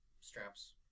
straps